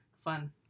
Fun